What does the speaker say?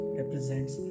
represents